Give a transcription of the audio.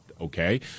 Okay